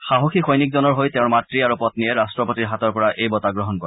সাহসী সৈনিকজনৰ হৈ তেওঁৰ মাতৃ আৰু পপ্নীয়ে ৰাষ্ট্ৰপতিৰ হাতৰ পৰা এই বঁটা গ্ৰহণ কৰে